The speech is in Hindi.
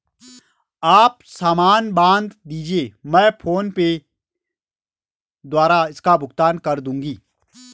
आप सामान बांध दीजिये, मैं फोन पे द्वारा इसका भुगतान कर दूंगी